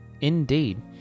indeed